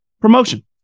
promotion